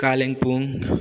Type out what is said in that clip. Kalimpong